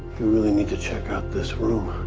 really need to check out this room.